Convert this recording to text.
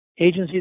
agencies